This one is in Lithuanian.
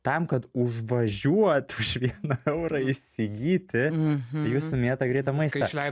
tam kad užvažiuot už vieną eurą įsigyti jūsų minėtą greitą maistą